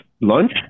lunch